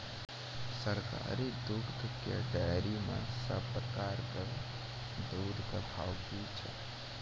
सरकारी दुग्धक डेयरी मे सब प्रकारक दूधक भाव की छै?